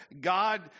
God